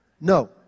No